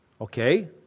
Okay